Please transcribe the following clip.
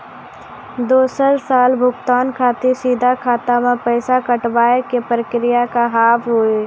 दोसर साल भुगतान खातिर सीधा खाता से पैसा कटवाए के प्रक्रिया का हाव हई?